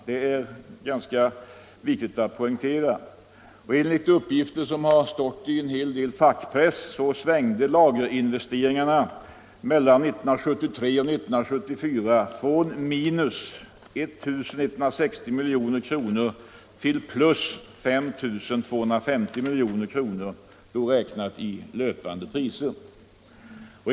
Det är viktigt att poängtera detta. Enligt uppgifter i fackpressen svängde lagerinvesteringarna mellan 1973 och 1974 från minus 1 160 milj.kr. till plus 5 250 milj.kr. räknat i löpande priser.